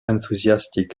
enthusiastic